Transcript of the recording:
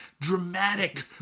dramatic